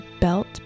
belt